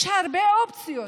יש הרבה אופציות,